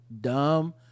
dumb